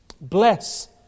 Bless